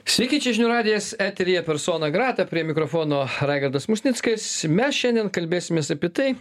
sveiki čia žinių radijas eteryje persona grata prie mikrofono raigardas musnickas mes šiandien kalbėsimės apie tai